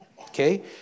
Okay